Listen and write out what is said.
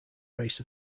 race